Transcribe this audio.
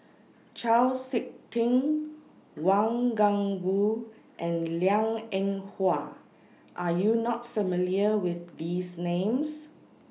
Chau Sik Ting Wang Gungwu and Liang Eng Hwa Are YOU not familiar with These Names